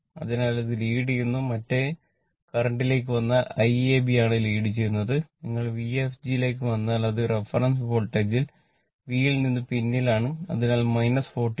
അതിനാൽ അത് ലീഡ് ചെയ്യുന്നു മറ്റേ കറന്റിലേക്ക് വന്നാൽ Iab ആണ് ലീഡ് ചെയ്യുന്നത് നിങ്ങൾ Vfg ലേക്ക് വന്നാൽ അത് ഈ റഫറൻസ് വോൾട്ടേജിൽ V നിന്ന് പിന്നിലാണ് അതിനാൽ 42